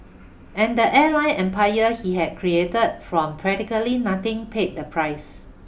and the airline empire he had created from practically nothing paid the price